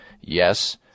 Yes